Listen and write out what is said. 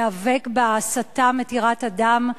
להיאבק בהסתה מתירת הדם.